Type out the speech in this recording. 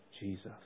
Jesus